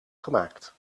gemaakt